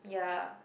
ya